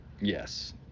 Yes